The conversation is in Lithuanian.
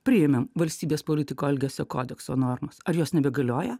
priėmėm valstybės politiko elgesio kodekso normos ar jos nebegalioja